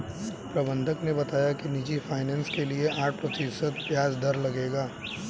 प्रबंधक ने बताया कि निजी फ़ाइनेंस के लिए आठ प्रतिशत ब्याज दर लगेगा